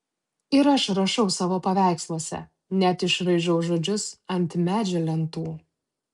ir aš rašau savo paveiksluose net išraižau žodžius ant medžio lentų